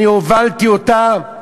אני הובלתי אותה.